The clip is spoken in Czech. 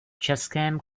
českém